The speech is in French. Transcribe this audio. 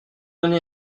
année